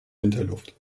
winterluft